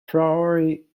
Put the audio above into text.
priori